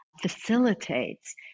facilitates